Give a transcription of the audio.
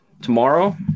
Tomorrow